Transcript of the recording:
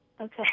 Okay